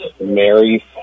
Mary